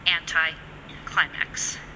anti-climax